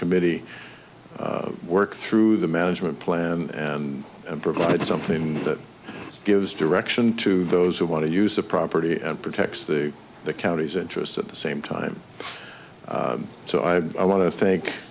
committee work through the management plan and provide something that gives direction to those who want to use the property and protects the the county's interests at the same time so i want to thank